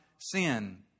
sin